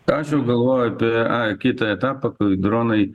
aš jau galvoju apie ai kitą etapą kai dronai